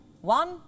one